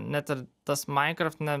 net ir tas minecraft ne